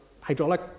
hydraulic